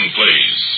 please